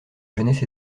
jeunesse